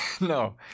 No